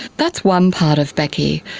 that's one part of becky.